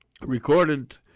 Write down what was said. Recorded